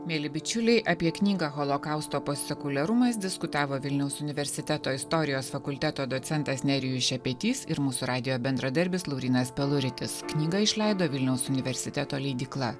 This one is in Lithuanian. mieli bičiuliai apie knygą holokausto postsekuliarumas diskutavo vilniaus universiteto istorijos fakulteto docentas nerijus šepetys ir mūsų radijo bendradarbis laurynas peluritis knygą išleido vilniaus universiteto leidykla